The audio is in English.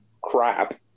crap